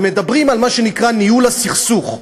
ומדברים על מה שנקרא "ניהול הסכסוך",